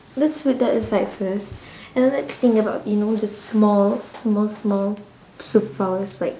let's put that aside first and let's think about you know the small small small superpowers like